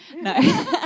No